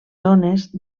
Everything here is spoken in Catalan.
zones